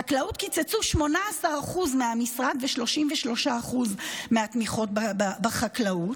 בחקלאות קיצצו 18% מהמשרד ו-33% מהתמיכות בחקלאות.